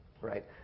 right